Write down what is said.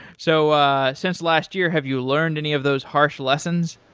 so ah since last year, have you learned any of those harsh lessons?